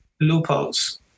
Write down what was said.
loopholes